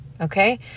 okay